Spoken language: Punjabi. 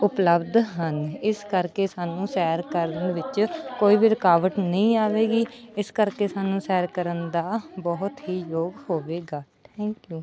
ਉਪਲਬਧ ਹਨ ਇਸ ਕਰਕੇ ਸਾਨੂੰ ਸੈਰ ਕਰਨ ਵਿੱਚ ਕੋਈ ਵੀ ਰੁਕਾਵਟ ਨਹੀਂ ਆਵੇਗੀ ਇਸ ਕਰਕੇ ਸਾਨੂੰ ਸੈਰ ਕਰਨ ਦਾ ਬਹੁਤ ਹੀ ਯੋਗ ਹੋਵੇਗਾ ਥੈਂਕ ਯੂ